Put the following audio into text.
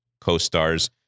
co-stars